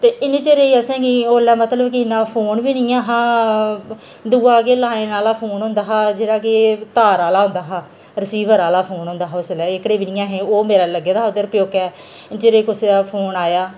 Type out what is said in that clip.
ते इन्ने चिरे च असें गी उसलै मतलब कि इन्ना फोन बी नेईं हा दूआ गै लैंडलाइन आहला फोन होंदा हा जेह्ड़ा कि तार आहला होंदा हा रसीबर आहला फोन उसलै एह्कड़े बी नेईं हे ओह् मेरा लग्गे दा उद्धर प्योकै इन्ना चिर कुसै दा फोन आया